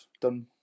done